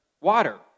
water